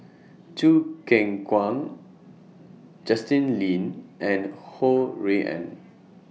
Choo Keng Kwang Justin Lean and Ho Rui An